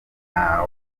aho